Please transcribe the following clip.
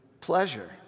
pleasure